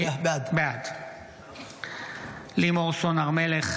בעד לימור סון הר מלך,